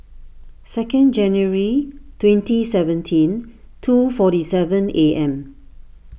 sencond January twenty seventeen two forty seven A M